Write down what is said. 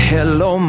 Hello